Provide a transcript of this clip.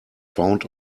found